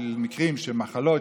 של מחלות,